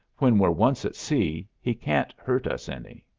when we're once at sea, he can't hurt us any.